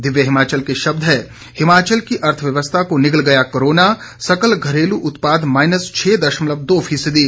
दिव्य हिमाचल के शब्द हैं हिमाचल की अर्थव्यवस्था को निगल गया कोरोना सकल घरेलू उत्पाद माइनस छह दशमलव दो फीसदी